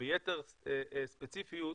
וביתר ספציפיות,